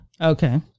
Okay